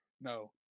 no